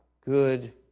good